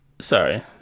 Sorry